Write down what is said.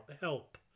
help